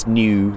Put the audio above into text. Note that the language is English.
new